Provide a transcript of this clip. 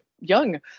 young